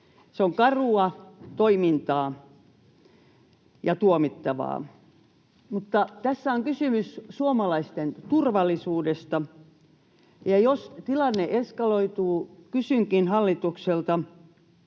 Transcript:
Se on karua toimintaa ja tuomittavaa. Mutta tässä on kysymys suomalaisten turvallisuudesta. Entä jos tilanne eskaloituu? Kysynkin hallitukselta: